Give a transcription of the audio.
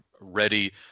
ready